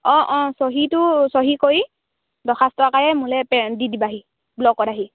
অঁ অঁ চহীটো চহী কৰি দৰখাস্ত আকাৰে মোৰলৈ প্ৰে কৰি দি দিবাহি ব্লকত আহি